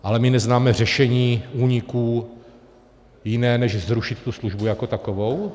Ale my neznáme řešení úniků jiné než zrušit tu službu jako takovou?